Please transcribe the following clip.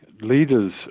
leaders